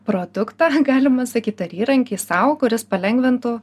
produktą galima sakyt ar įrankį sau kuris palengvintų